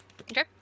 Okay